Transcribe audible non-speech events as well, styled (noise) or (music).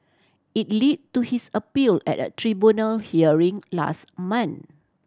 it (unintelligible) to his appeal at a tribunal hearing last month